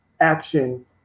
action